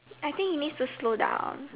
I think he needs to slow down